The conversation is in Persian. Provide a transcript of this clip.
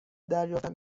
دریافتم